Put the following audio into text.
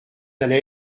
allez